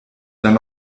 dann